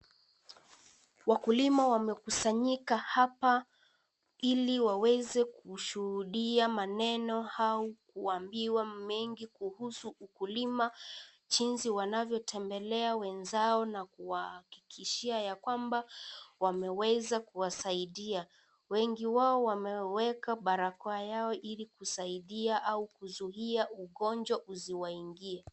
Wakulima wamekusanyika hapa ili waweze kushuhudia maneno au kuambiwa mengi kuhusu ukilima, jinsi wanavyotembelea wenzao na na kuwahakikishia ya kwamba wameweza kuwasaida. Wengi wao wameweka barakoa yao ili kusaidia au kuzuia ugonjwa usiwaingie.